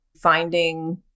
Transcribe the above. finding